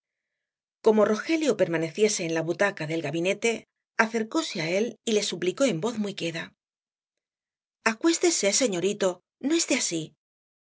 como rogelio permaneciese en la butaca del gabinete acercóse á él y le suplicó en voz muy queda acuéstese señorito no esté así